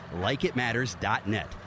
LikeItMatters.net